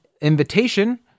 invitation